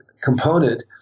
component